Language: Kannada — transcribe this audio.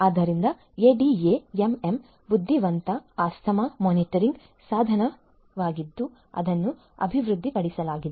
ಆದ್ದರಿಂದ ADAMM ಬುದ್ಧಿವಂತ ಆಸ್ತಮಾ ಮಾನಿಟರಿಂಗ್ ಸಾಧನವಾಗಿದ್ದು ಅದನ್ನು ಅಭಿವೃದ್ಧಿಪಡಿಸಲಾಗಿದೆ